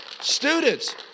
Students